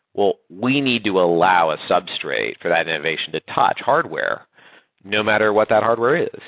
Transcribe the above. well, we need to allow a substrate for that innovation to touch hardware no matter what that hardware is,